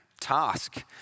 task